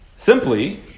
Simply